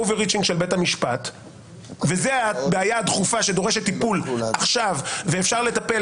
overreachinשל בית המשפט וזו הבעיה הדחופה שדורשת טיפול עכשיו ואפשר לטפל